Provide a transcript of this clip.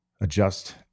adjust